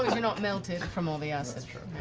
you're not melted from all the acid.